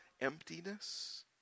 emptiness